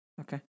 Okay